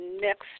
next